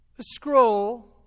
scroll